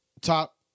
top